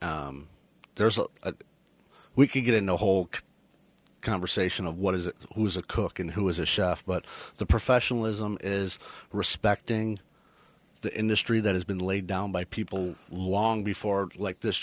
rooted there's a we can get in the whole conversation of what is who is a cook and who is a chef but the professionalism is respecting the industry that has been laid down by people long before like this